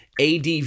ADV